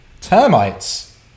termites